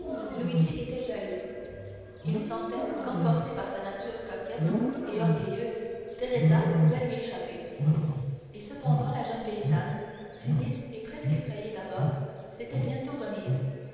était jaloux il sentait qu'emportée par sa nature coquette et orgueilleuse teresa pouvait lui échapper et cependant la jeune paysanne timide et presque effrayée d'abord s'était bientôt remise